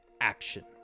action